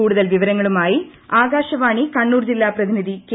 കൂടുതൽ വിവരങ്ങളുമായി ആകാശവാണി കണ്ണൂർ ജില്ലാ പ്രതിനിധി കെ